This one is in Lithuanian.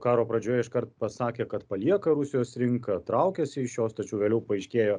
karo pradžioje iškart pasakė kad palieka rusijos rinką traukiasi iš jos tačiau vėliau paaiškėjo